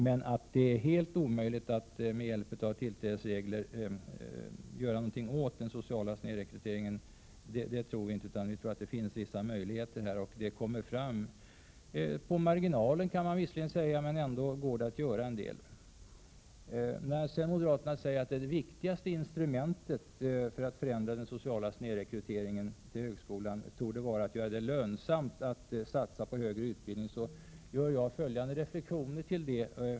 Att det skulle vara helt omöjligt att med tillträdesreglernas hjälp göra någonting åt den sociala snedrekryteringen tror vi ändå inte, utan det finns vissa möjligheter — på marginalen. När moderaterna sedan säger att det viktigaste instrumentet för att Prot. 1987/88:130 > förändra den sociala snedrekryteringen till högskolan torde vara att göra det 31 maj 1988 lönsamt att satsa på högre utbildning, gör jag följande reflexioner.